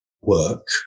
work